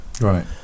Right